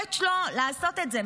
ביכולת שלו לעשות את זה.